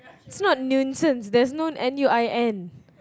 it's not nuisance there's no N U I N